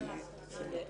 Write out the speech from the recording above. ואין עד,